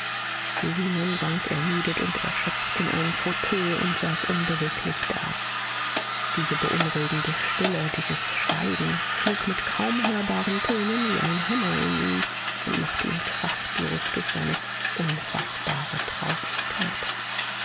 zenon sank ermüdet und erschöpft in einen fauteuil und saß unbeweglich da diese beunruhigende stille dieses schweigen schlug mit kaum hörbaren tönen wie ein hammer in ihm und machte ihn kraftlos durch seine unfaßbare traurigkeit